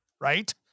right